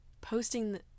posting